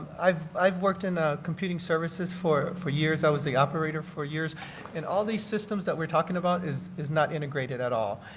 i've i've worked in ah computing services for for years. i was the operator for years and all these systems that we're talking about is is not integrated at all.